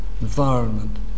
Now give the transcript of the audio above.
environment